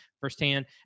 firsthand